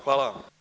Hvala.